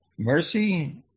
Mercy